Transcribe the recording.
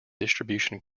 distribution